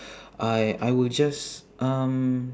I I will just um